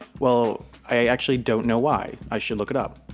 well i actually don't know why. i should look it up.